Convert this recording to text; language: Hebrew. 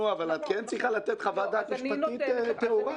אבל את כן צריכה לתת חוות דעת משפטית טהורה.